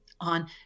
on